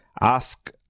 ask